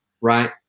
right